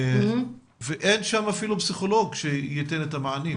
ואין שם אפילו פסיכולוג שייתן את המענים.